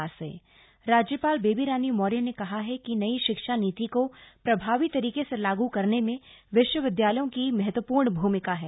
राज्यपाल नई शिक्षा नीति राज्यपाल बेबी रानी मौर्य ने कहा है कि नई शिक्षा नीति को प्रभावी तरीके से लागू करने में विश्वविद्यालयों की महत्वपूर्ण भूमिका है